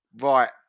Right